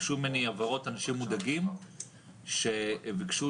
אנשים מודאגים ביקשו ממני הבהרות,